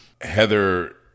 Heather